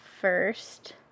first